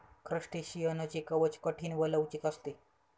क्रस्टेशियनचे कवच कठीण व लवचिक असते